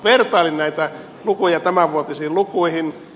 vertailin näitä lukuja tämänvuotisiin lukuihin